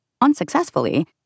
unsuccessfully